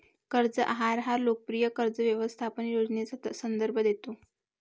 कर्ज आहार हा लोकप्रिय कर्ज व्यवस्थापन योजनेचा संदर्भ देतो